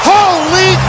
Holy